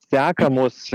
seka mus